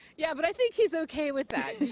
yeah but i think he's okay with that.